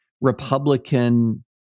Republican